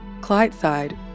Clydeside